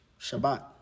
Shabbat